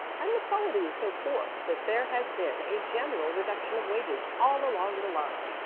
and the quality is so poor that there has been a general reduction of wages all along the line.